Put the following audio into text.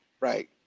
right